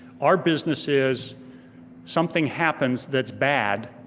our business is something happens that's bad,